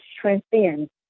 transcends